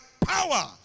power